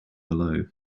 below